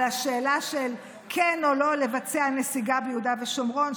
על השאלה של כן או לא לבצע נסיגה ביהודה ושומרון,